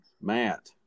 Matt